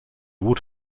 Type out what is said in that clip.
would